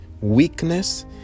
weakness